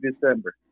December